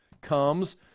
comes